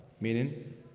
meaning